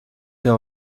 jau